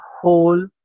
whole